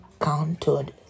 counted